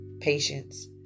patience